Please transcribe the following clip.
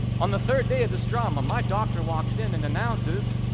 on the third day of this drama, my doctor walks in and announces,